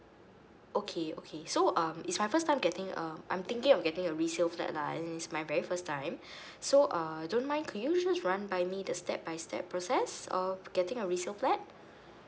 okay okay so um it's my first time getting a I'm thinking of getting a resale flat lah and is my very first time so err don't mind can you just run by me the step by step process of getting a resale flat